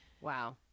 wow